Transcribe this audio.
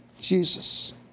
Jesus